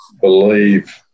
believe